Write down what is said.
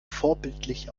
vorbildlich